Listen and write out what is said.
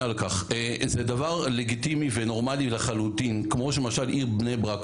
זה דבר לגיטימי ונורמלי לחלוטין כמו שלמשל העיר בני ברק,